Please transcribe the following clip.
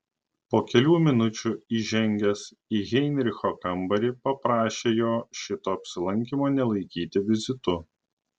po kelių minučių įžengęs į heinricho kambarį paprašė jo šito apsilankymo nelaikyti vizitu